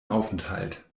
aufenthalt